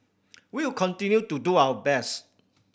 we will continue to do our best